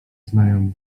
znajomi